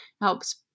helps